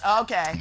Okay